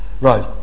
Right